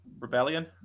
Rebellion